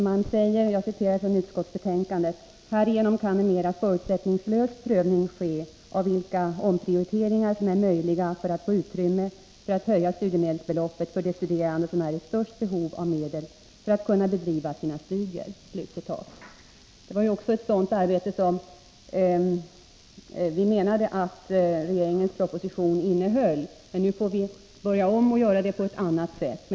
Man säger i utskottsbetänkandet: ”Härigenom kan en mera förutsättningslös prövning ske av vilka omprioriteringar som är möjliga för att få utrymme för att höja studiemedelsbeloppet för de studerande som är i störst behov av medel för att kunna bedriva sina studier.” Det var ett sådant arbete som vi menade att regeringens proposition innehöll, men nu får vi börja om och göra det på ett annat sätt.